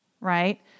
right